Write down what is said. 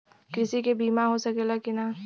कृषि के बिमा हो सकला की ना?